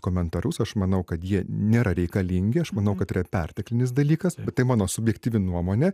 komentarus aš manau kad jie nėra reikalingi aš manau kad yra perteklinis dalykas tai mano subjektyvi nuomonė